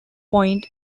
point